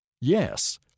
Yes